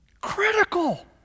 critical